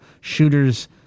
shooters